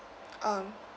um